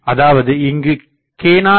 அதாவது இங்கு k0